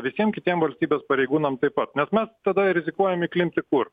visiem kitiem valstybės pareigūnam taip pat nes mes tada rizikuojam įklimpti kur